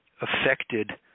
affected